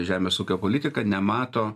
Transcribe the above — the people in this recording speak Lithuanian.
žemės ūkio politika nemato